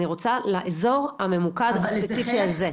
אני רוצה לאזור הממוקד הספציפי הזה.